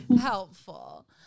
helpful